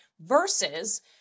versus